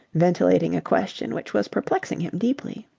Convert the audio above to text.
ventilating a question which was perplexing him deeply.